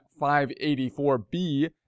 584B